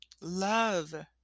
love